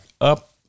up